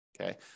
Okay